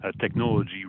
technology